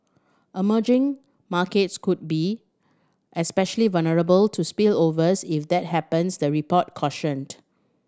emerging markets could be especially vulnerable to spillovers if that happens the report cautioned